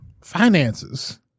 Finances